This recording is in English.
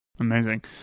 Amazing